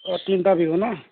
অ তিনিটা বিহু ন'